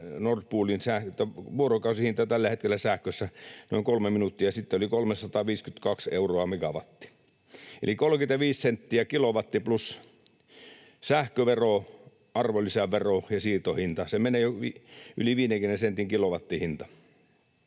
Nord Poolin vuorokausihinta tällä hetkellä sähkössä, noin kolme minuuttia sitten, oli 352 euroa megawatti. Eli 35 senttiä kilowatti plus sähkövero, arvonlisävero ja siirtohinta. Se menee yli 50 sentin kilowattihinta,